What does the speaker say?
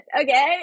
Okay